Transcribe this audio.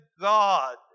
God